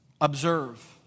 Observe